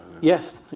Yes